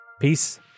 Peace